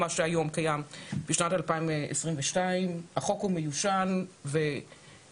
היום ה-6.4.2022, ה' בניסן התשפ"ב, הנושא: